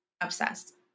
Obsessed